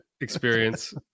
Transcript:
experience